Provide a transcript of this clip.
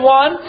one